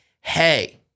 Hey